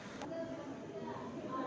ಕರಿಮಣ್ಣೊಳಗ ಯಾವ ಬೆಳಿ ಬೆಳದ್ರ ಛಲೋ ಬರ್ತದ?